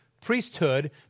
priesthood